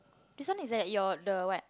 this one is at your the what